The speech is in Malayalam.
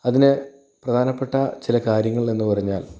അതിന് പ്രധാനപ്പെട്ട ചില കാര്യങ്ങൾ എന്നു പറഞ്ഞാൽ